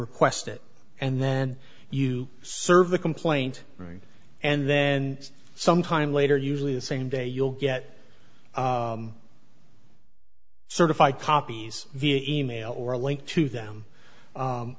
request it and then you serve the complaint and then sometime later usually the same day you'll get certified copies via e mail or a link to them